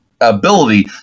ability